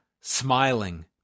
smiling